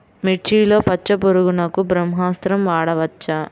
మిర్చిలో పచ్చ పురుగునకు బ్రహ్మాస్త్రం వాడవచ్చా?